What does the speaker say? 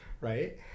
right